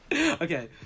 Okay